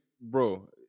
bro